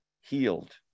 healed